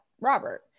Robert